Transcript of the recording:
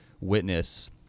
witness